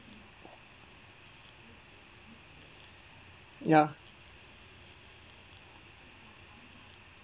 ya